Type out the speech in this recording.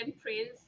prince